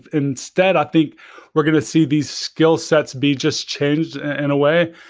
instead, i think we're going to see these skill sets be just changed in a way,